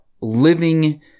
living